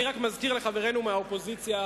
אני רק מזכיר לחברינו מהאופוזיציה,